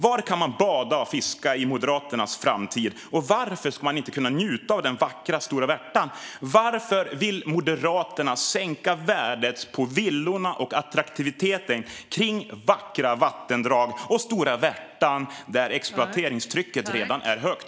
Var kan man bada och fiska i Moderaternas framtid? Och varför ska man inte kunna njuta av den vackra Stora Värtan? Varför vill Moderaterna sänka värdet på villorna och attraktiviteten kring vackra vattendrag och Stora Värtan, där exploateringstrycket redan är högt?